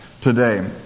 today